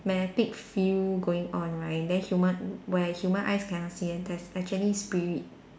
magnetic field going on right then human where human eyes cannot see and there's actually spirit